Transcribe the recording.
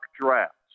drafts